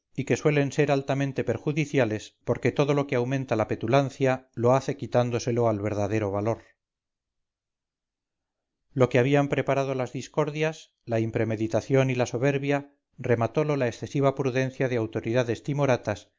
y que suelen ser altamente perjudiciales porque todo lo que aumenta la petulancia lo hace quitándoselo al verdadero valor lo que habían preparado las discordias la impremeditación y la soberbia rematolo la excesiva prudencia de autoridades timoratas